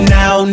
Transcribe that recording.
now